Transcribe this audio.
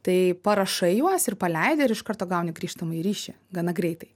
tai parašai juos ir paleidi ir iš karto gauni grįžtamąjį ryšį gana greitai